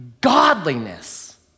godliness